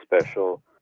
special